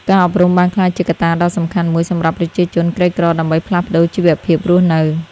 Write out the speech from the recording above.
ការអប់រំបានក្លាយជាកត្តាដ៏សំខាន់មួយសម្រាប់ប្រជាជនក្រីក្រដើម្បីផ្លាស់ប្ដូរជីវភាពរស់នៅ។